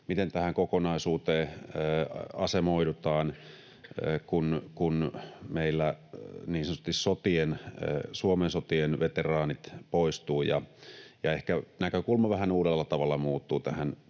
miten tähän kokonaisuuteen asemoidutaan, kun meillä niin sanotusti Suomen sotien veteraanit poistuvat ja ehkä näkökulma vähän uudella tavalla muuttuu tähän